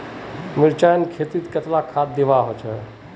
मिर्चान खेतीत कतला खाद दूबा होचे?